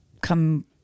come